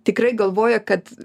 tikrai galvoja kad